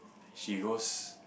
she goes